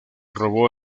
rodó